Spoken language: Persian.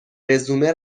رزومه